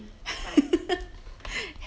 like